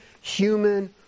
human